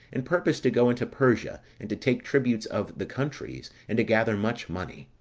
and purposed to go into persia, and to take tributes of the countries, and to gather much money.